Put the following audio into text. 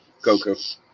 Goku